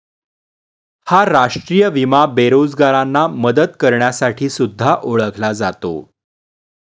हा राष्ट्रीय विमा बेरोजगारांना मदत करण्यासाठी सुद्धा ओळखला जातो